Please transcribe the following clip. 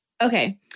Okay